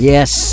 Yes